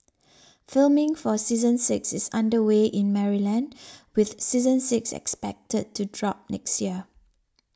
filming for season six is under way in Maryland with season six expected to drop next year